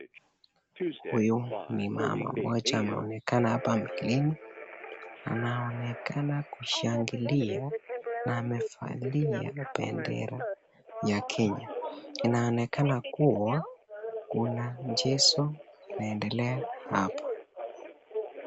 Huyu ni mama moja anaonekana mwilini anaonekana kushangilia na amefalia bendera ya kenya inaonekana kuwa kuna mchezo inaendelea hapa.